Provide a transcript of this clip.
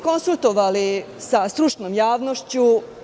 Konsultovali smo se sa stručnom javnošću.